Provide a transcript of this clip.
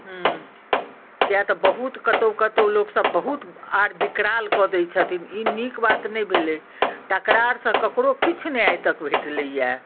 हूँ किएक तऽ बहुत कतहुँ कतहुँ लोकसब बहुत आर विकराल कऽ दै छथिन ई नीक बात नहि भेलै टकरारसँ ककरो किछु नहि आइ तक भेटलैया